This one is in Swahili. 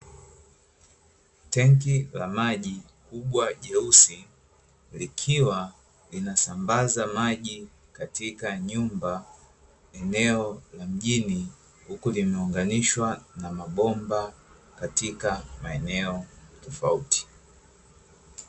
enki la maji kubwa jeusi likiwa linasambaza maji katika nyumba, eneo la mjini huku limeunganishwa na mabomba katika maeneo tofauti.